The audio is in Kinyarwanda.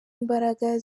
imbaraga